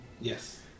Yes